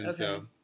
okay